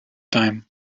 time